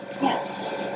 Yes